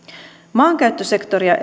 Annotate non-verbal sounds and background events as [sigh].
maankäyttösektoria [unintelligible]